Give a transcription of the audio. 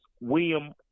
william